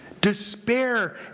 Despair